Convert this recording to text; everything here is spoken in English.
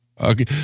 okay